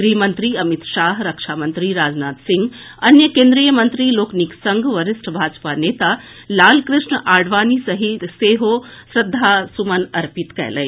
गृह मंत्री अमित शाह रक्षामंत्री राजनाथ सिंह अन्य केन्द्रीय मंत्री लोकनिक संग वरिष्ठ भाजपा नेता लाल कृष्ण आड़वाणी सेहो श्रद्धा सुमन अर्पित कयलनि